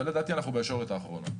לדעתי אנחנו בישורת האחרונה.